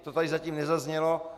To tady zatím nezaznělo.